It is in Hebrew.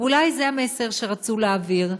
ואולי זה המסר שרצו להעביר,